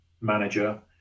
manager